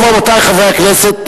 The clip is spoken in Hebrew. רבותי חברי הכנסת,